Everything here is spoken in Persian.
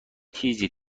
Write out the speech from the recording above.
تیزی